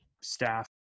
staff